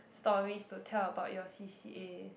stories to tell about your C_C_A